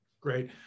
great